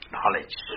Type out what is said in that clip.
Knowledge